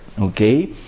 Okay